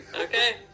Okay